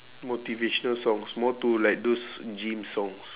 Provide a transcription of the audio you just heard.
motivational songs more to like those gym songs